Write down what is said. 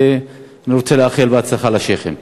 ואני רוצה לאחל הצלחה לשיח'ים.